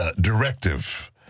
directive